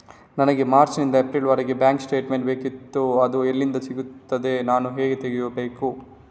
ನನಗೆ ಮಾರ್ಚ್ ನಿಂದ ಏಪ್ರಿಲ್ ವರೆಗೆ ಬ್ಯಾಂಕ್ ಸ್ಟೇಟ್ಮೆಂಟ್ ಬೇಕಿತ್ತು ಅದು ಎಲ್ಲಿಂದ ಸಿಗುತ್ತದೆ ನಾನು ಹೇಗೆ ತೆಗೆಯಬೇಕು?